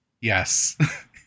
Yes